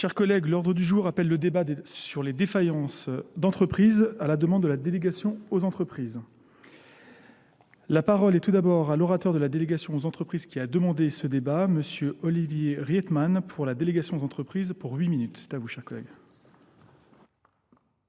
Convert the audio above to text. Chers collègues, l'ordre du jour appelle le débat sur les défaillances d'entreprises à la demande de la délégation aux entreprises. La parole est tout d'abord à l'orateur de la délégation aux entreprises qui a demandé ce débat, monsieur Olivier Rietman, pour la délégation aux entreprises pour huit minutes. C'est à vous, chers collègues.